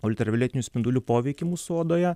ultravioletinių spindulių poveikį mūsų odoje